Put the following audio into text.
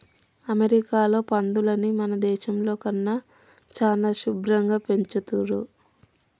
అమెరికాలో పందులని మన దేశంలో కన్నా చానా శుభ్భరంగా పెంచుతున్రు